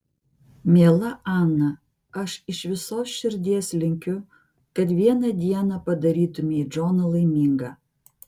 miela ana aš iš visos širdies linkiu kad vieną dieną padarytumei džoną laimingą